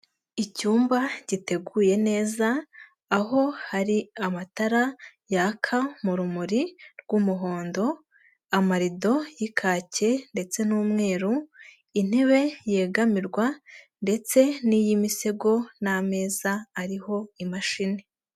Icyumba giteguye neza, aho hari amatara yaka mu rumuri rw'umuhondo, amarido y'ikake ndetse n'umweru, intebe yegamirwa ndetse n'iy'imisego n'ameza ariho imashini.